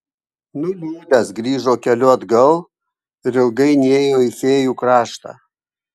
nuliūdęs grįžo keliu atgal ir ilgai nėjo į fėjų kraštą